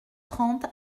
trente